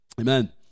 Amen